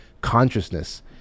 consciousness